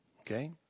okay